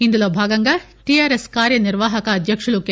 ఇందులో భాగంగా టీఆర్ఎస్ కార్యనిర్వాహక అధ్యకులు కె